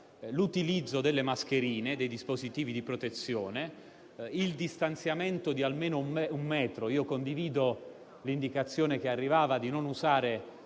l'utilizzo delle mascherine e dei dispositivi di protezione e il distanziamento di almeno un metro. A tale riguardo, condivido l'indicazione che arrivava di non